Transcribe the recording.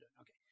Okay